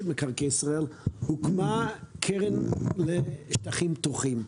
מקרקעי ישראל הוקמה קרן לשטחים פתוחים.